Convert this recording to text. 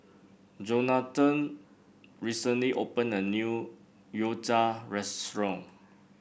Johnathan recently opened a new Gyoza Restaurant